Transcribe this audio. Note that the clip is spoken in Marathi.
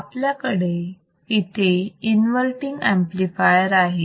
आपल्याकडे इथे इन्वर्तींग ऍम्प्लिफायर आहे